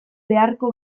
beharko